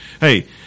Hey